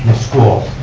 school